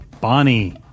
Bonnie